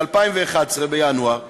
בינואר 2011,